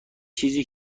چیزی